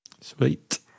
sweet